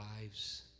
lives